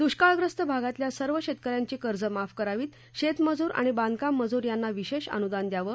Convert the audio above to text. दुष्काळग्रस्त भागातल्या सर्व शेतक यांची कर्ज माफ करावीत शेतमजूर आणि बांधकाम मजूर यांना विशेष अनुदान द्यावं